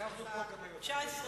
יש לך 19 דקות.